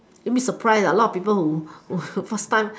you will be surprised a lot of people who first time